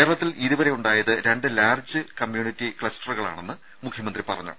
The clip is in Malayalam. കേരളത്തിൽ ഇതുവരെ ഉണ്ടായത് രണ്ട് ലാർജ്ജ് കമ്മ്യൂണിറ്റി ക്ലസ്റ്ററുകളാണെന്ന് മുഖ്യമന്ത്രി പറഞ്ഞു